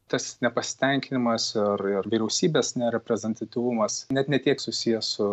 tas nepasitenkinimas ir ir vyriausybės nereprezentatyvumas net ne tiek susiję su